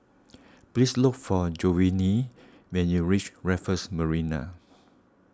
please look for Jovanni when you reach Raffles Marina